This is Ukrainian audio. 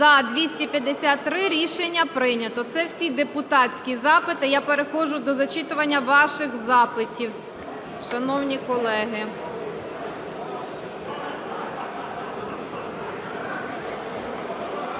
За-253 Рішення прийнято. Це всі депутатські запити. Я переходжу до зачитування ваших запитів, шановні колеги.